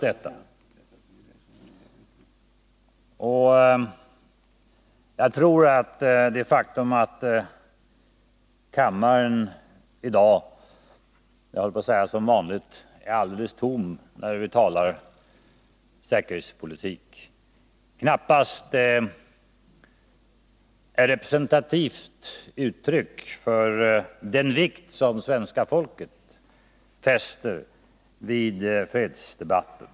Det faktum att kammaren i dag — som vanligt, höll jag på att säga — är alldeles tom när vi talar säkerhetspolitik är knappast ett representativt uttryck för den vikt som svenska folket fäster vid fredsdebatten.